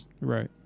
Right